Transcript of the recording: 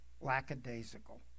lackadaisical